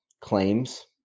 claims